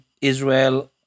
Israel